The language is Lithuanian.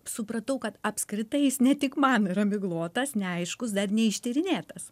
supratau kad apskritai jis ne tik man yra miglotas neaiškus dar neištyrinėtas